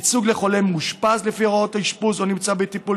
ייצוג לחולה המאושפז לפי הוראת אשפוז או הנמצא בטיפול